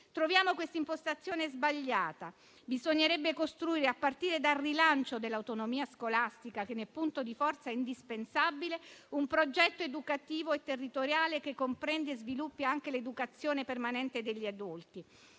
Troviamo questa impostazione sbagliata. Bisognerebbe costruire, a partire dal rilancio dell'autonomia scolastica, che ne è punto di forza indispensabile, un progetto educativo e territoriale che comprenda e sviluppi anche l'educazione permanente degli adulti,